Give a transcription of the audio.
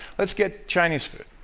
let's get chinese food.